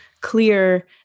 clear